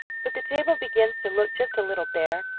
but the table begins to look just a little bare,